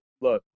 look